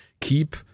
keep